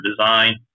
design